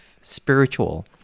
spiritual